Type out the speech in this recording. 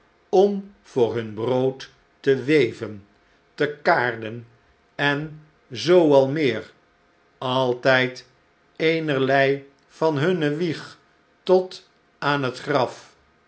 om voor hun brood te weven te kaarden en zoo al meer altijd eenerlei van hunne wieg tot aan het graf